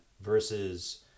versus